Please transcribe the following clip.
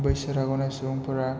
बैसो राग'नाय सुबुंफोरा